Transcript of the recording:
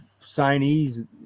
signees